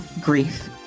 grief